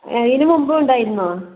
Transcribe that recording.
ആ ഇതിന് മുമ്പും ഉണ്ടായിരുന്നോ